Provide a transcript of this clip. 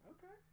Okay